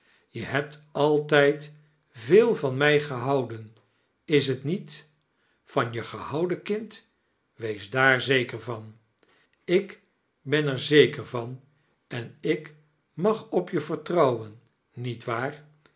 je hebt altijd veel van mij gehouden is t niet van je gehouden kind wees daar zeker van ik ben er zeker van en ik mag op je vertrouwen nietwaar er